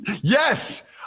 Yes